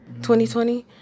2020